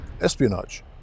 Espionage